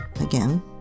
again